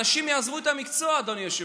האנשים יעזבו את המקצוע, אדוני היושב-ראש.